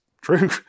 true